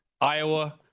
Iowa